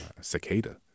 cicada